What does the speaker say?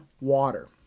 water